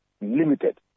limited